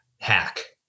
hack